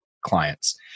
clients